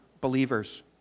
believers